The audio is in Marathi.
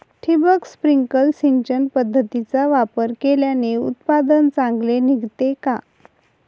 ठिबक, स्प्रिंकल सिंचन पद्धतीचा वापर केल्याने उत्पादन चांगले निघते का?